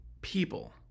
people